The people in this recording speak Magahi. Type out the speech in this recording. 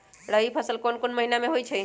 रबी फसल कोंन कोंन महिना में होइ छइ?